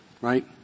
right